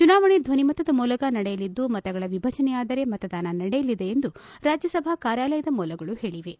ಚುನಾವಣೆ ಧ್ವನಿಮತದ ಮೂಲಕ ನಡೆಯಲಿದ್ದು ಮತಗಳ ವಿಭಜನೆಯಾದರೆ ಮತದಾನ ನಡೆಯಲಿದೆ ಎಂದು ರಾಜ್ಯಸಭಾ ಕಾರ್ಯಾಲಯದ ಮೂಲಗಳು ಹೇಳಿವೆ